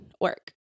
work